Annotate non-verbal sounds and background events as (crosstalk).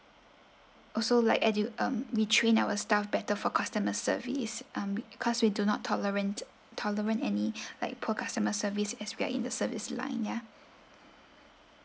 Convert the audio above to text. also like edu~ um we train our staff better for customer service um cause we do not tolerant tolerant any (breath) like poor customer service as we are in the service line ya